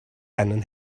einen